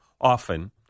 often